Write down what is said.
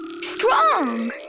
strong